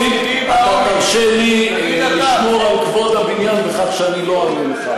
אתה תרשה לי לשמור על כבוד הבניין בכך שאני לא אענה לך עכשיו,